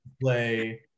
play